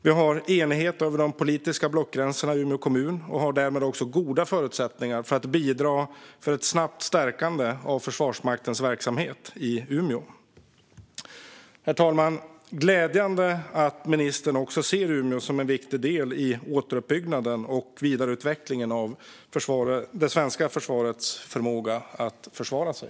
Vi har enighet över de politiska blockgränserna i Umeå kommun och har därmed också goda förutsättningar att bidra till ett snabbt stärkande av Försvarsmaktens verksamhet i Umeå. Herr talman! Det är glädjande att ministern ser Umeå som en viktig del i återuppbyggnaden och vidareutvecklingen av det svenska försvarets förmåga att försvara sig.